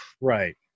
Right